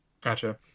gotcha